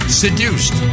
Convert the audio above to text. seduced